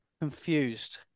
confused